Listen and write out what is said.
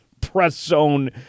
press-zone